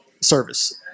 service